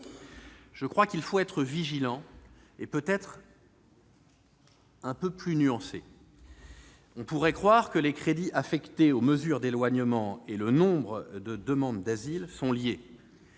Je crois qu'il faut être vigilant et peut-être un peu plus nuancé. On pourrait croire que les crédits affectés aux mesures d'éloignement et le nombre de demandes d'asile sont liés